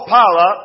power